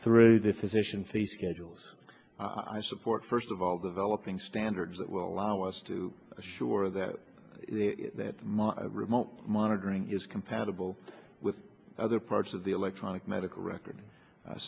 through the physician fee schedules i support first of all developing standards that will allow us to assure that remote monitoring is compatible with other parts of the electronic medical record